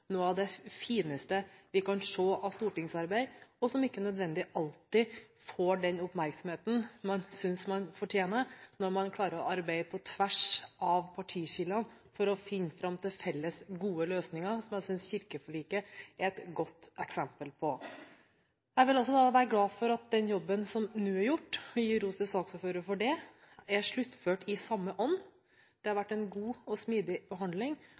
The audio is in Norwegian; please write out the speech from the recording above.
fineste en kan se av stortingsarbeid. Man får ikke nødvendigvis alltid den oppmerksomheten man synes man fortjener når man har klart å arbeide på tvers av partiskillene for å finne fram til felles gode løsninger, noe jeg synes kirkeforliket er et godt eksempel på. Jeg er også glad for at den jobben som nå er gjort – og jeg vil gi ros til saksordføreren for det – er sluttført i samme ånd. Det har vært en god og smidig behandling,